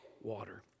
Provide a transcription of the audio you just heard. water